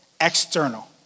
external